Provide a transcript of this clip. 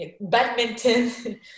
badminton